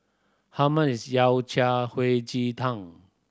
how much is yao hei ji tang